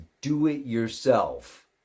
do-it-yourself